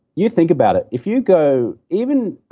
you think about it, if you go even.